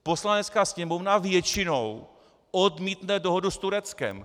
Poslanecká sněmovna většinou odmítne dohodu s Tureckem.